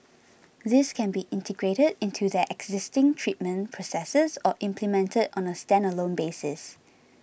these can be integrated into their existing treatment processes or implemented on a standalone basis